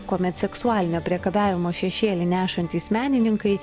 kuomet seksualinio priekabiavimo šešėlį nešantys menininkai